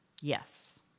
Yes